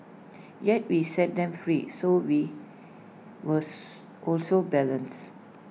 yet we set them free so we was were also balanced